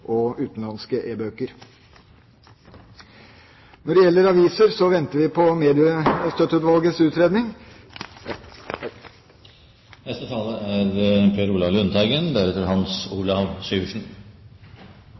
og utenlandske e-bøker. Når det gjelder aviser, venter vi på Mediestøtteutvalgets utredning. Det er viktig å fremme lesning av bøker på norsk språk. Senterpartiet er